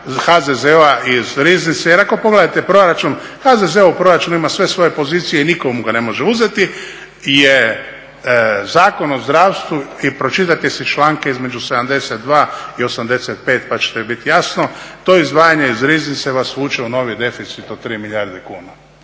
HZZO-a iz riznice, jer ako pogledate proračun, HZZO-ov proračun ima sve svoje pozicije i nitko mu ga ne može uzeti, jer Zakon o zdravstvu i pročitajte si članke između 72. i 85. pa će to biti jasno, to izdvajanje iz riznice vas vuče u novi deficit od 3 milijarde kuna.